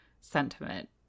sentiment